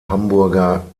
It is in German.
hamburger